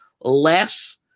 less